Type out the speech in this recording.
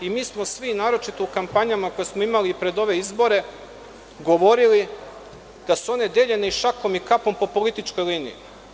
Mi smo svi, naročito u kampanjama koje smo imali pred ove izbore, govorili da su one deljene i šakom i kapom po političkoj liniji.